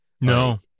No